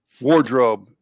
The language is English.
wardrobe